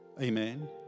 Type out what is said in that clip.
Amen